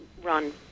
Run